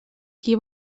qui